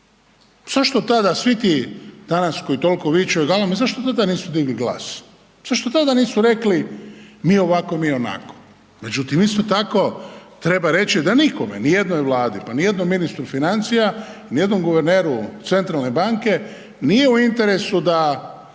Zašto tada svi ti danas koji toliko viču, zašto tada nisu digli glas? Zašto tada nisu rekli, mi ovako, mi onako? Međutim, isto tako treba reći da nikome, ni jednoj vladi, pa ni jednom ministra financija, ni jednom guverneru centralne banke nije u interesu da